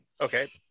okay